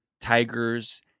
Tigers